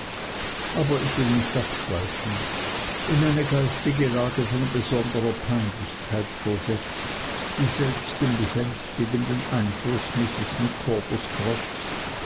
aber ich will nicht abschweifen in eine geistige lage von besonderer peinlichkeit versetzt die selbst dem besänftigenden einfluß mrs micawbers trotzt